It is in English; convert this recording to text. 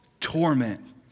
torment